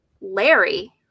Larry